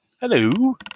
Hello